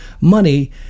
money